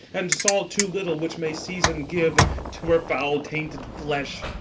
and salt too little which may season give to her foul-tainted flesh.